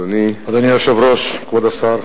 אדוני היושב-ראש, כבוד השר,